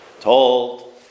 told